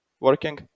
working